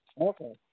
Okay